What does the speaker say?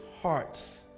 hearts